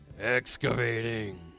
Excavating